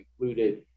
included